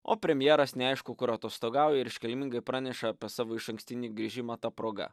o premjeras neaišku kur atostogauja ir iškilmingai praneša apie savo išankstinį grįžimą ta proga